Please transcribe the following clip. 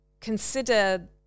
consider